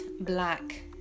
Black